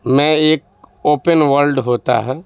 میں ایک open world ہوتا ہے